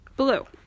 Blue